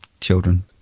children